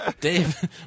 Dave